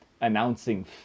announcing